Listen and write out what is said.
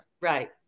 Right